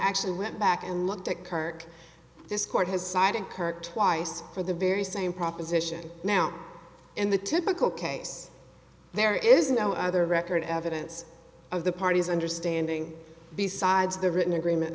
actually went back and looked at kark this court has cited kirk twice for the very same proposition now and the typical case there is no other record evidence of the parties understanding besides the written agreement